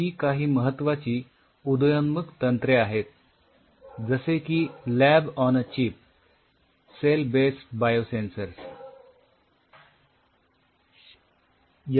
ही काही महत्वाची उदयोन्मुख तंत्रे आहेत जसे की lab on chip cell based biosensors